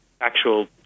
actual